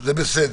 זה בסדר,